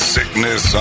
Sickness